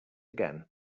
again